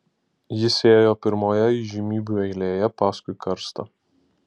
jis ėjo pirmoje įžymybių eilėje paskui karstą